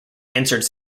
answered